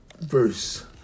verse